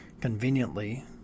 Conveniently